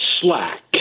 slack